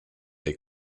des